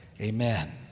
Amen